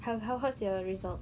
how how how's your results